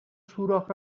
سوراخ